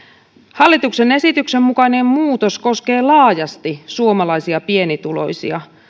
hallituksen esityksen mukainen muutos koskee laajasti suomalaisia pienituloisia